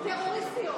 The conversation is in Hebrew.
טרוריסטיות.